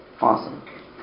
Awesome